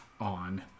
on